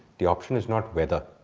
the option is not whether.